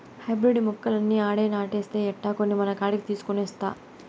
hybrid మొక్కలన్నీ ఆడే నాటేస్తే ఎట్టా, కొన్ని మనకాడికి తీసికొనొస్తా